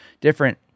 different